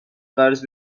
قرض